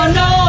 no